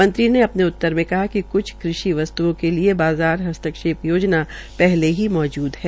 मंत्रीने अपने उत्तर में कहा कि क्छ कृषि व वस्त्ओं के लिए बाज़ार हस्ताक्षेप योजना पहले ही मौजूद है